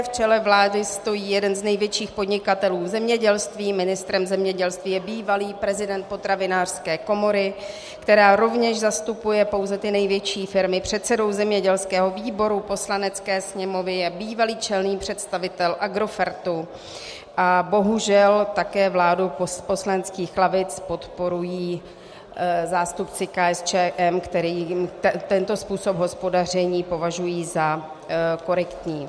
V čele vlády stojí jeden z největších podnikatelů v zemědělství, ministrem zemědělství je bývalý prezident Potravinářské komory, která rovněž zastupuje pouze ty největší firmy, předsedou zemědělského výboru Poslanecké sněmovny je bývalý čelný představitel Agrofertu a bohužel také vládu z poslaneckých lavic podporují zástupci KSČM, kteří tento způsob hospodaření považují za korektní.